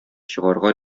чыгарга